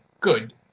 good